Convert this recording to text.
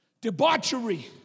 Debauchery